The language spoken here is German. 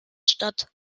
statt